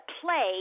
play